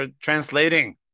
translating